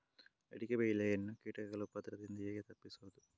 ಅಡಿಕೆ ಬೆಳೆಯನ್ನು ಕೀಟಗಳ ಉಪದ್ರದಿಂದ ಹೇಗೆ ತಪ್ಪಿಸೋದು?